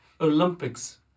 olympics